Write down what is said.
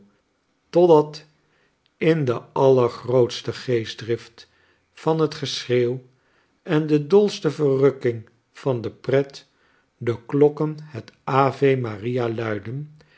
totdat in de allergrootste geestdrift van het geschreeuw en de dolste verrukking van de pret de klokken het ave maria luiden